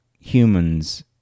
humans